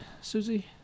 Susie